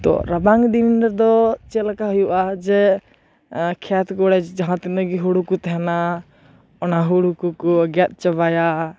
ᱛᱚ ᱨᱟᱵᱟᱝ ᱫᱤᱱ ᱨᱮᱫᱚ ᱪᱮᱫ ᱞᱮᱠᱟ ᱦᱩᱭᱩᱜᱼᱟ ᱡᱮ ᱠᱷᱮᱛ ᱠᱚᱨᱮ ᱡᱟᱦᱟᱸ ᱛᱤᱱᱟᱹᱜ ᱜᱮ ᱦᱳᱲᱳ ᱠᱚ ᱛᱟᱦᱮᱱᱟ ᱚᱱᱟ ᱦᱳᱲᱳ ᱠᱚᱠᱚ ᱜᱮᱫ ᱪᱟᱵᱟᱭᱟ